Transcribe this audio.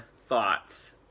thoughts